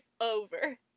over